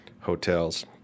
hotels